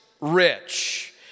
rich